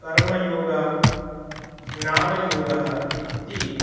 कर्मयोगः ज्ञानयोगः इति